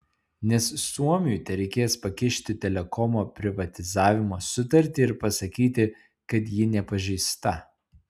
nes suomiui tereikės pakišti telekomo privatizavimo sutartį ir pasakyti kad ji nepažeista